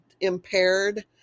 impaired